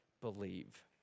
believe